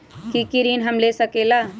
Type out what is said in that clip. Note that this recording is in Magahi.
की की ऋण हम ले सकेला?